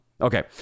Okay